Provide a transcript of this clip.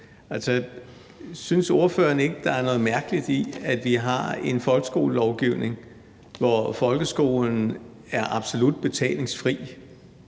Synes ordføreren ikke, at der er noget mærkeligt i, at vi har en folkeskolelovgivning, hvor folkeskolen er absolut betalingsfri